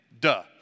duh